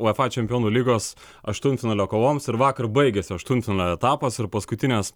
uefa čempionų lygos aštuntfinalio kovoms ir vakar baigėsi aštuntfinalio etapas ir paskutinės